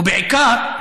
ובעיקר,